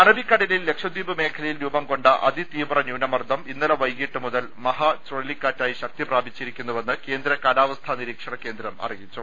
അറബിക്കടലിൽ ലക്ഷദ്വീപ് മേഖലയിൽ രൂപംകൊണ്ട അതിതീവ്ര ന്യൂനമർദ്ദം ഇന്നലെ വൈകീട്ട് മുതുൽ മഹാചുഴലിക്കാറ്റായി ശക്തിപ്രാ പിച്ചിരിക്കുന്നുവെന്ന് കേന്ദ്ര കാലാവസ്ഥാ നിരീക്ഷണകേന്ദ്രം അറിയി ച്ചു